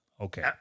okay